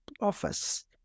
office